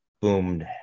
boomed